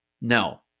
No